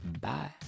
Bye